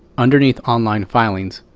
underneath online filings,